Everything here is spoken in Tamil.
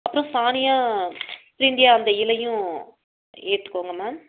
அப்புறம் சானியா ஸ்ப்ரிங்கியா அந்த இலையும் எடுத்துக்கோங்க மேம்